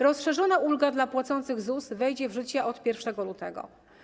Rozszerzona ulga dla płacących ZUS wejdzie w życie od 1 lutego.